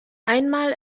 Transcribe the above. einmal